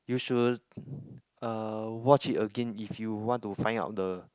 you should uh watch it again if you want to find out the